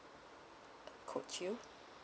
quote you